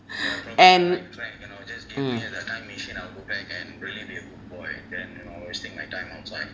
and mm